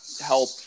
help